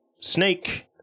Snake